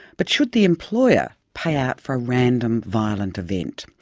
but should the employer pay out for a random violent event?